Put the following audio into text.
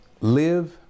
Live